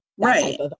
right